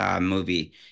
movie